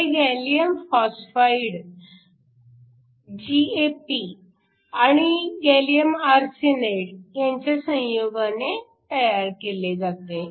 हे gallium phosphide GaP आणि gallium arsenide ह्यांच्या संयोगाने तयार केले जाते